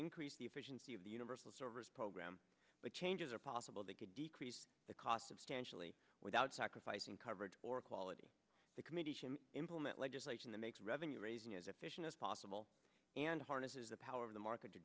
increase the efficiency of the universal service program but changes are possible they could decrease the cost substantially without sacrificing coverage or quality the committee should implement legislation that makes revenue raising as efficient as possible and harnesses the power of the market to